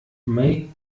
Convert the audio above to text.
may